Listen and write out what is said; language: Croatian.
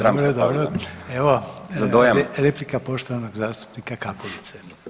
Replika poštovanog zastupnika Kapulice